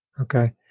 Okay